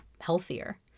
healthier